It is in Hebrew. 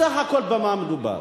בסך הכול במה מדובר?